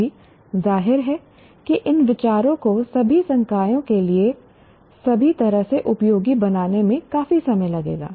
अभी जाहिर है कि इन विचारों को सभी संकायों के लिए सभी तरह से उपयोगी बनाने में काफी समय लगेगा